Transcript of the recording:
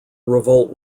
revolt